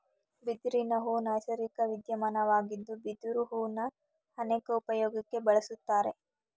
ಬಿದಿರಿನಹೂ ನೈಸರ್ಗಿಕ ವಿದ್ಯಮಾನವಾಗಿದ್ದು ಬಿದಿರು ಹೂನ ಅನೇಕ ಉಪ್ಯೋಗಕ್ಕೆ ಬಳುಸ್ತಾರೆ